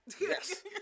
Yes